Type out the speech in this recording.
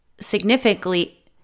significantly